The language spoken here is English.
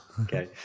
Okay